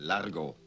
Largo